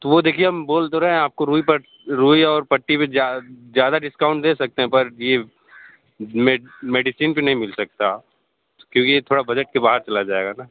तो वो देखिए हम बोल तो रहे हैं आपको रुई पर रुई और पट्टी पर ज़्यादा डिस्काउंट दे सकते हैं पर ये मेडिसन भी नहीं मिल सकता क्योंकि यह थोड़ा बजट के बाहर चला जाएगा ना